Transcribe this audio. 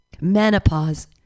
Menopause